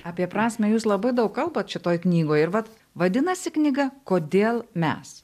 apie prasmę jūs labai daug kalbate šitoje knygoje ir vat vadinasi knyga kodėl mes